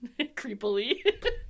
creepily